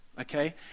Okay